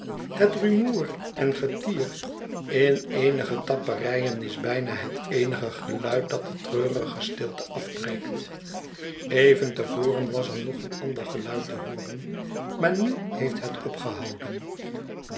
het rumoer en getier in eenige tapperijen is bijna het eenige geluid dat de treurige stilte afbreekt even te voren was er nog een ander geluid te hooren maar nu heeft het opgehouden